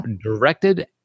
directed